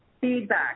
feedback